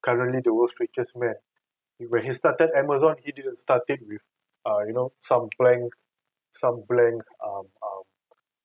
currently the world's richest man when he started Amazon he didn't started with uh you know some bank some bank um um